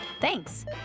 Thanks